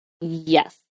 Yes